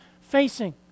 facing